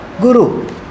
Guru